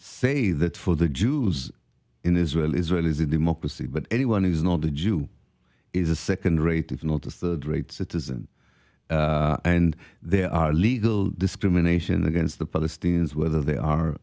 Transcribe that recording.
say that for the jews in israel israel is a democracy but anyone who is not a jew is a second rate if not a third rate citizen and there are legal discrimination against the palestinians whether they are